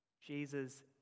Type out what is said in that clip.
Jesus